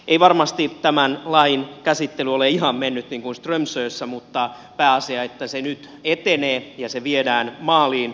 ei varmasti tämän lain käsittely ole ihan mennyt niin kuin strömsössä mutta pääasia on että se nyt etenee ja se viedään maaliin